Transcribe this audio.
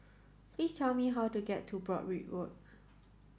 please tell me how to get to Broadrick Road